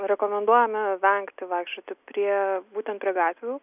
rekomenduojame vengti vaikščioti prie būtent prie gatvių